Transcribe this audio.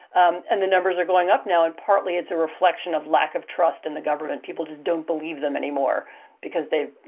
um and the numbers are going up now. and partly it's a reflection of lack of trust in the government people just don't believe them anymore because they